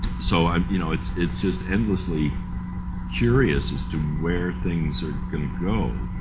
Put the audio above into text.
so um you know, it's it's just endlessly curious as to where things are going to go.